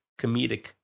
comedic